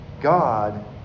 God